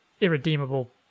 irredeemable